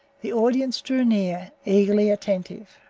the audience drew near, eagerly attentive.